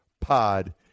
pod